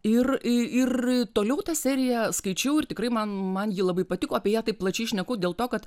ir ir toliau tą seriją skaičiau ir tikrai man man ji labai patiko apie ją taip plačiai šneku dėl to kad